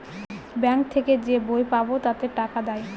bank থেকে যে বই পাবো তাতে টাকা দেয়